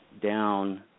down